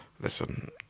Listen